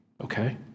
okay